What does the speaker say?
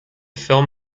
film